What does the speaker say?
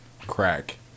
Crack